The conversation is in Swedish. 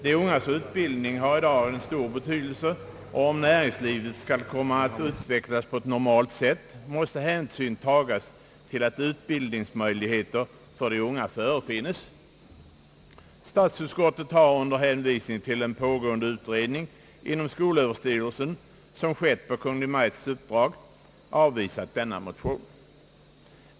De ungas utbildning har i dag stor betydelse, och om näringslivet skall komma att utvecklas på ett normalt sätt, måste hänsyn tas till att utbildningsmöjligheter för de unga förefinnes. Statsutskottet har under hänvisning till en pågående utredning inom skolöverstyrelsen — som skett på Kungl. Maj:ts uppdrag — avvisat denna motion.